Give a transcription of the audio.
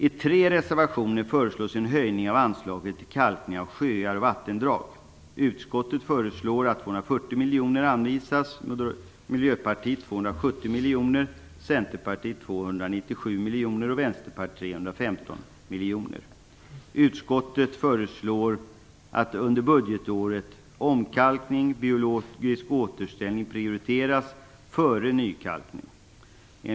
I tre reservationer föreslås en höjning av anslaget till kalkning av sjöar och vattendrag. Utskottet föreslår att 240 miljoner anvisas, medan Miljöpartiet föreslår 270 miljoner, Centerpartiet 297 miljoner och Utskottet föreslår att omkalkning och biologisk återställning bör prioriteras före nykalkningar under budgetåret.